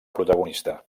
protagonista